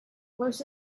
most